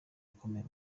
akomeye